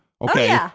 okay